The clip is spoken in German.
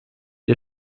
ihr